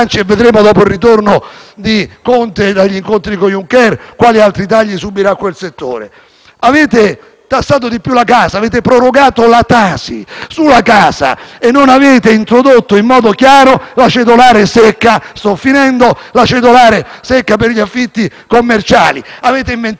di Conte dagli incontri con Juncker, quali altri tagli subirà quel settore. Avete tassato di più la casa: avete prorogato la Tasi sulla casa e non avete introdotto in modo chiaro la cedolare secca per gli affitti commerciali. Avete inventato un finto reddito di cittadinanza.